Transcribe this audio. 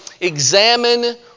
examine